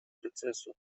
процессу